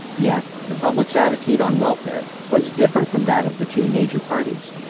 yet, the public's attitude on welfare was different from that of the two major parties.